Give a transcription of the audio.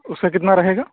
اُس کا کتنا رہے گا